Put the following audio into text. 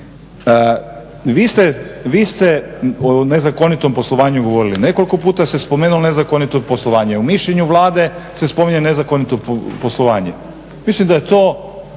Vi ste o nezakonitom poslovanju govorili, nekoliko puta ste spomenuli nezakonito poslovanje, u mišljenju Vlade se spominje nezakonito poslovanje. Mislim da je to